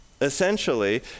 Essentially